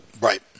Right